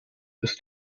ist